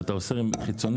ואתה אוסר חיצוני,